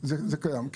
זה קיים.